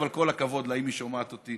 אבל כל הכבוד לה, אם היא שומעת אותי